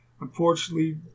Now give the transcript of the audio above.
Unfortunately